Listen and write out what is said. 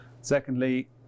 Secondly